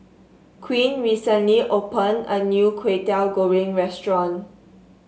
Quinn recently open a new Kway Teow Goreng restaurant